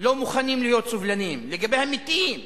לא מוכנים להיות סובלניים, לגבי המתים.